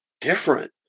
different